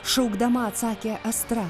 šaukdama atsakė astra